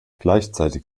gleichzeitig